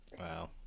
Wow